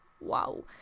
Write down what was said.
wow